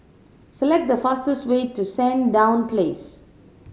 select the fastest way to Sandown Place